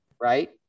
right